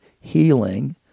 healing